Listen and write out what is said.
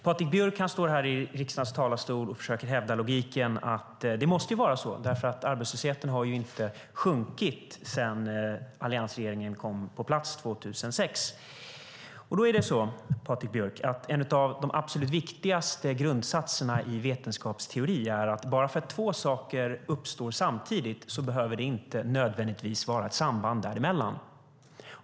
Patrik Björck står i riksdagens talarstol och försöker hävda att det måste vara så eftersom arbetslösheten inte har sjunkit sedan alliansregeringen kom på plats 2006. En av de absolut viktigaste grundsatserna i vetenskapsteorin är att bara för att två saker uppstår samtidigt behöver det inte nödvändigtvis vara ett samband mellan dem.